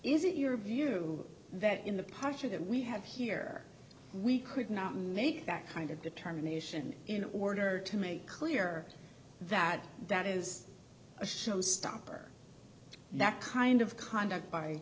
is it your view that in the posture that we have here we could not make that kind of determination in order to make clear that that is a showstopper and that kind of conduct by